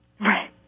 Right